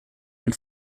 ein